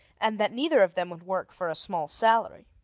and that neither of them would work for a small salary.